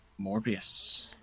Morbius